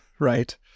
right